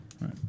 Right